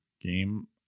game